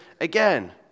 again